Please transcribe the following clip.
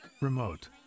remote